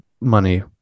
money